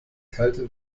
kalte